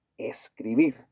escribir